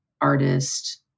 artist